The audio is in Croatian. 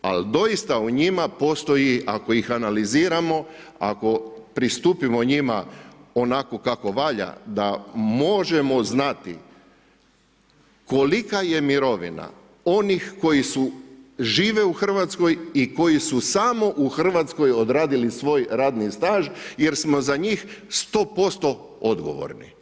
Al doista o njima postoji, ako ih analiziramo, ako pristupimo njima onako kako valja, da možemo znati kolika je mirovina onih koji su žive u RH i koji su samo u RH odradili svoj radni staž jer smo za njih 100% odgovorni.